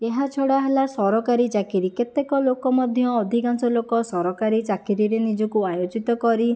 ଏହା ଛଡ଼ା ହେଲା ସରକାରୀ ଚାକିରି କେତେକ ଲୋକ ମଧ୍ୟ ଅଧିକାଂଶ ଲୋକ ସରକାରୀ ଚାକିରିରେ ନିଜକୁ ଆୟୋଜିତ କରି